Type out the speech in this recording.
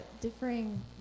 differing